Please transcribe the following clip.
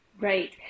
Right